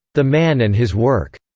the man and his work.